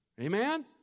Amen